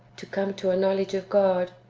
to come to a knowledge of god,